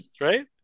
Right